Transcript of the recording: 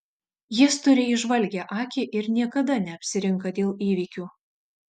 jis turi įžvalgią akį ir niekada neapsirinka dėl įvykių